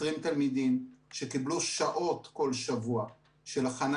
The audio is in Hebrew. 20 תלמידם שקיבלו שעות כל שבוע של הכנה